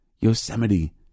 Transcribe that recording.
Yosemite